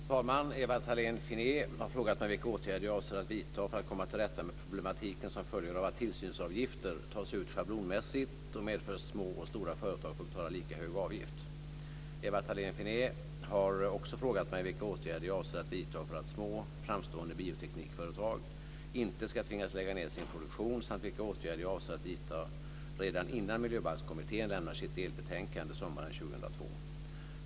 Fru talman! Ewa Thalén Finné har frågat mig vilka åtgärder jag avser att vidta för att komma till rätta med problematiken som följer av att tillsynsavgifter tas ut schablonmässigt och medför att små och stora företag får betala lika hög avgift. Ewa Thalén Finné har också frågat mig vilka åtgärder jag avser att vidta för att små framstående bioteknikföretag inte ska tvingas lägga ned sin produktion samt vilka åtgärder jag avser att vidta redan innan Miljöbalkskommittén lämnar sitt delbetänkande sommaren 2002.